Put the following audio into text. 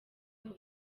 kuva